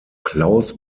klaus